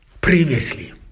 previously